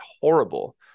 horrible